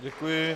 Děkuji.